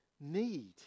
need